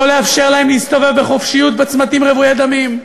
לא לאפשר להם להסתובב בחופשיות בצמתים רוויי דמים,